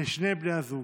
לשני בני הזוג.